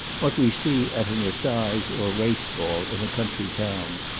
what we see at an assize or race-ball in a country town.